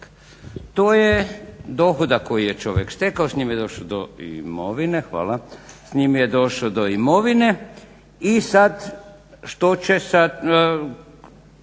To je dohodak koji je čovjek stekao, s njim je došao do imovine i sad što će, kakvim